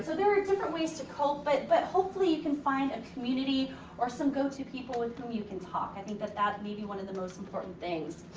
so there are different ways to cope but but hopefully you can find a community or some go-to people with whom you can talk. i think that that may be one of the most important things.